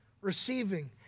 receiving